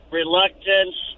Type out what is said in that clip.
reluctance